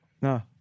No